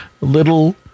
little